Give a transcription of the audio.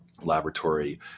laboratory